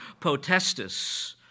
potestis